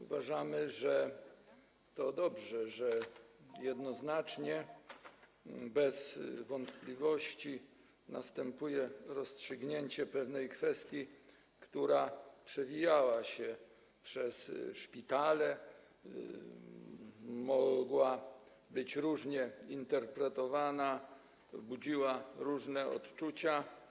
Uważamy, że to dobrze, że jednoznacznie, bez wątpliwości następuje rozstrzygnięcie pewnej kwestii, która przewijała się, pojawiała się w szpitalach, mogła być różnie interpretowana, budziła różne odczucia.